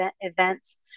events